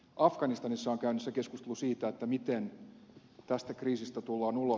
afganistanissa on käynnissä keskustelu siitä miten tästä kriisistä tullaan ulos